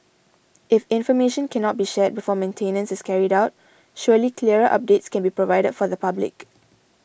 if information cannot be shared before maintenance is carried out surely clearer updates can be provided for the public